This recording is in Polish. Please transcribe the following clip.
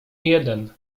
jeden